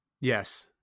Yes